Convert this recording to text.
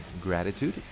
gratitude